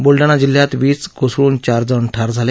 बुलडाणा जिल्ह्यात वीज कोसळून चार जण ठार झाले